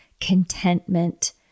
contentment